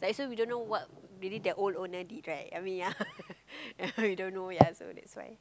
ya so we don't know what really the old owner did right I mean ya ya we don't know yet so that's why